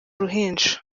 uruhinja